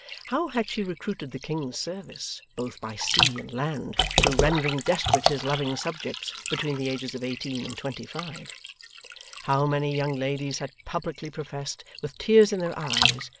how had she recruited the king's service, both by sea and land, through rendering desperate his loving subjects between the ages of eighteen and twenty-five! how many young ladies had publicly professed, with tears in their eyes,